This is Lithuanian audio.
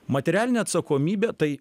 materialinė atsakomybė tai